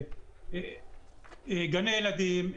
גני ילדים,